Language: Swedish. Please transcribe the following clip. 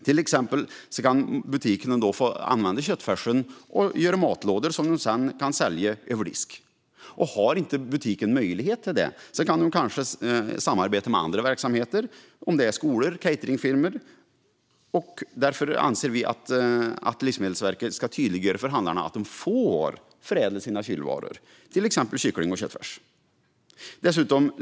Butikerna skulle kunna få använda till exempel köttfärs och göra matlådor att sälja över disk. Om en butik inte har den möjligheten kan den kanske samarbeta med andra verksamheter såsom skolor och cateringfirmor. Därför anser vi att Livsmedelsverket ska tydliggöra för handlarna att de får förädla sina kylvaror, till exempel kyckling och köttfärs.